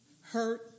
hurt